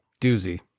doozy